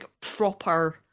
proper